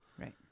Right